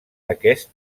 aquest